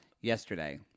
yesterday